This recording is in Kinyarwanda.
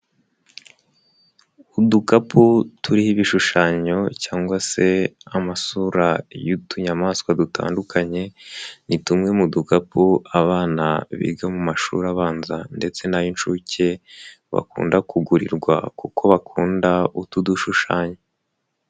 Udukapu turiho ibishushanyo cyangwa se amasura y'utunyamaswa dutandukanye, ni tumwe mu dukapu abana biga mu mashuri abanza ndetse n'ay'incuke, bakunda kugurirwa kuko bakunda utu dushushanya.